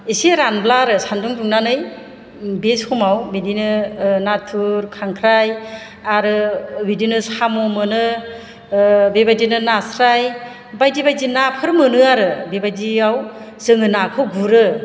एसे रानब्ला आरो सान्दुं दुंनानै बे समाव बिदिनो नाथुर खांख्राय आरो बिदिनो साम' मोनो बेबादिनो नास्राय बायदि बायदि नाफोर मोनो आरो बेबायदियाव जोङो नाखौ गुरो